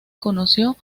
conoció